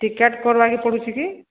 ticket କରବାର୍ ଲାଗି ପଡ଼ୁଛି କି